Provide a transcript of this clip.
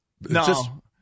No